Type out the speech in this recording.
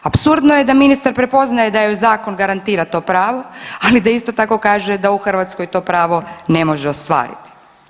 Apsurdno je da ministar prepoznaje da joj zakon garantira to pravo, ali da isto tako kaže da u Hrvatskoj to pravo ne može ostvariti.